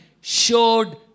showed